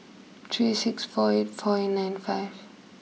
three six four eight four eight nine five